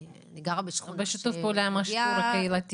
אני גרה ב --- הרבה שיתוף פעולה עם השיטור הקהילתי.